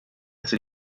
ser